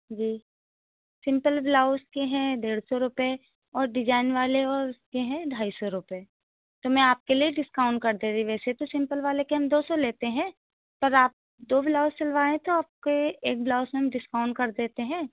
जी simple blouse के हैं डेढ़ सौ रुपए और डिजाइन वाले और उसके हैं ढाई सौ रुपए तो मैं आपके लिए डिस्काउंट कर दे रही वैसे तो सिंपल वाले के हम दो सौ लेते हैं पर आप दो ब्लाउज़ सिलवाएँ तो आपके एक ब्लाउज़ में हम डिस्काउंट कर देते हैं